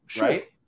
right